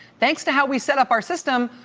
thanks to how we set up our system,